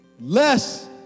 less